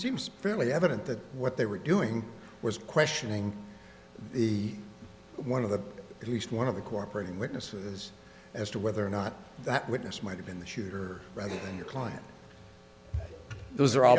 seems fairly evident that what they were doing was questioning the one of the he's one of the corporation witnesses as to whether or not that witness might have been the shooter rather than your client those are all